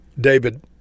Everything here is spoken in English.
David